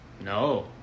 No